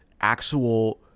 actual